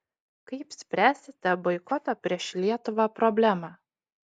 kaip spręsite boikoto prieš lietuvą problemą